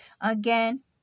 Again